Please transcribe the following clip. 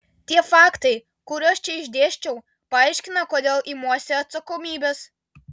tie faktai kuriuos čia išdėsčiau paaiškina kodėl imuosi atsakomybės